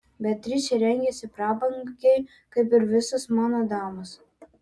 beatričė rengiasi prabangiai kaip ir visos mano damos